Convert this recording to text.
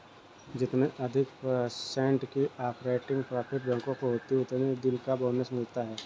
जितने अधिक पर्सेन्ट की ऑपरेटिंग प्रॉफिट बैंकों को होती हैं उतने दिन का बोनस मिलता हैं